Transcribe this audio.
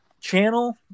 channel